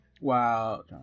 wow